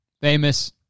famous